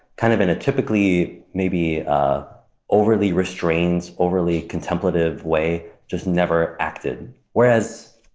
kind of in a typically maybe overly restrained, overly contemplative way, just never acted. whereas,